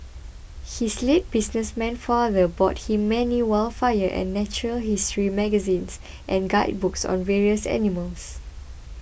his late businessman father bought him many wildfire and natural history magazines and guidebooks on various animals